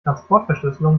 transportverschlüsselung